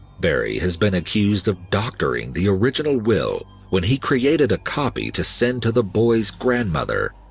barrie has been accused of doctoring the original will when he created a copy to send to the boys' grandmother,